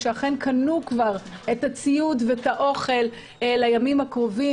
שאכן קנו כבר את הציוד ואת האוכל לימים הקרובים.